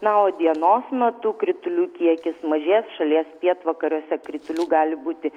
na o dienos metu kritulių kiekis mažės šalies pietvakariuose kritulių gali būti